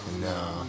No